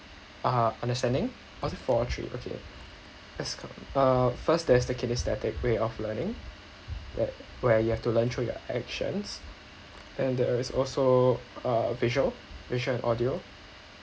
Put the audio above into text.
uh understanding was it four or three okay as uh first there's the kinesthetic way of learning that where you have to learn through your actions and there is also uh visual visual and audio